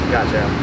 Gotcha